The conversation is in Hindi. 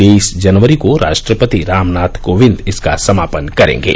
तेईस जनवरी को राष्ट्रपति रामनाथ कोविंद इसका समापन करेंगे